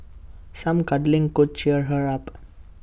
some cuddling could cheer her up